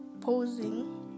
posing